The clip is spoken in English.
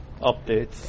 Updates